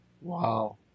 Wow